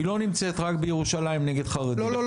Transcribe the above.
היא לא נמצאת רק בירושלים נגד חרדים.